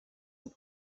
und